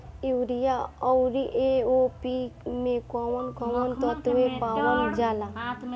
Urea औरी AOP मै कौवन कौवन तत्व पावल जाला?